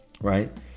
right